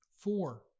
Four